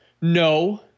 No